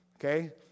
Okay